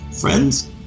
friends